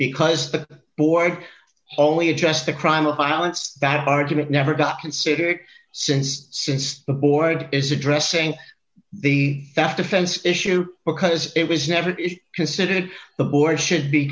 because the board only addressed the crime of violence that argument never got considered since since the board is addressing the theft defense issue because it was never considered the board should be